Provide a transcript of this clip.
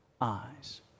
eyes